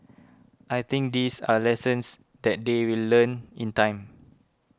I think these are lessons that they will learn in time